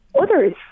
others